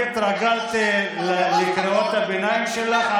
אני התרגלתי לקריאות הביניים שלך.